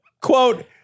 quote